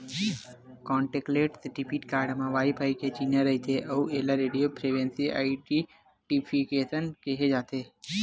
contactless debit card म wifi के चिन्हा रहिथे अउ एला रेडियो फ्रिवेंसी आइडेंटिफिकेसन केहे जाथे